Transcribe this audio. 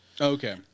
Okay